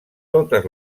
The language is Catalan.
totes